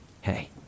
Hey